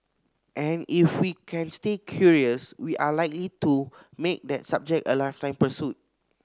and if we can stay curious we are likely to make that subject a lifetime pursuit